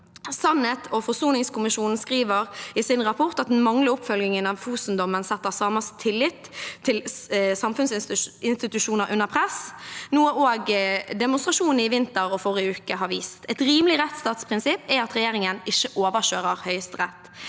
Sannhets- og forsoningskommisjonen skriver i sin rapport at den manglende oppfølgingen av Fosen-dommen setter samers tillit til samfunnsinstitusjoner under press, noe også demonstrasjonene i vinter og forrige uke har vist. Et rimelig rettsstatsprinsipp er at regjeringen ikke overkjører Høyesterett.